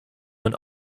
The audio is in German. man